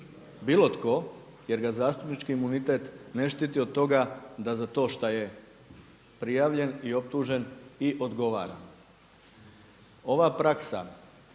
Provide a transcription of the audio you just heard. bilo tko jer ga zaštitnički imunitet ne štiti od toga da za to što je prijavljen i optužen i odgovara. Ova praksa